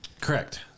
Correct